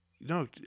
no